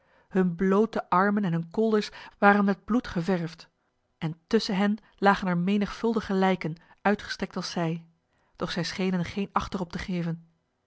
hun blote armen en hun kolders waren met bloed geverfd en tussen hen lagen er menigvuldige lijken uitgestrekt als zij doch zij schenen geen acht erop te geven